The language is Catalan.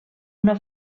una